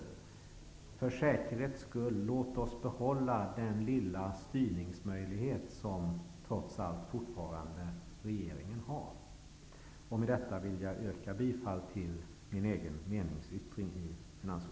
Låt oss för säkerhets skull behålla den lilla styrningsmöjlighet som regeringen trots allt fortfarande har. Herr talman! Med detta vill jag yrka bifall till meningsyttringen i finansutskottets betänkande